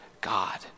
God